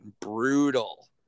brutal